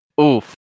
Oof